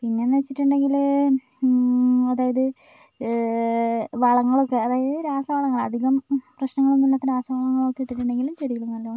പിന്നെ എന്ന് വെച്ചിട്ടുണ്ടെങ്കിൽ അതായത് വളങ്ങളൊക്കെ അതായത് രാസ വളങ്ങൾ അധികം പ്രശ്നങ്ങൾ ഒന്നും ഇല്ലാത്ത രാസ വളങ്ങൾ ഒക്കെ ഇട്ടിട്ടുണ്ടെങ്കിലും ചെടികൾ നല്ലവണ്ണം